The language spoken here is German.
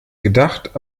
gedacht